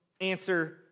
answer